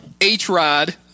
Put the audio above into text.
H-Rod